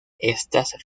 estas